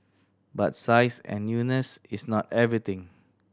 but size and newness is not everything